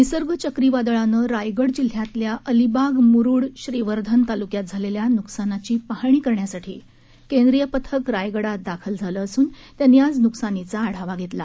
निसर्ग चक्रीवादळाने रायगड जिल्ह्यातील अलिबाग मुरुड श्रीवर्धन तालुक्यात झालेल्या नुकसानाची पाहणी करण्यासाठी केंद्रीय पथक रायगडात दाखल झाले असून त्यांनी आज नुकसानीचा आढावा धेतला